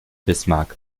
bismarck